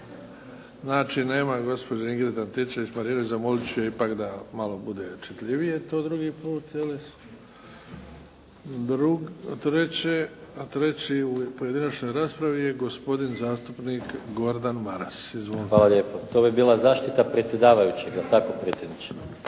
Hvala lijepo. To bi bila zaštita predsjedavajućega. Je li tako predsjedniče?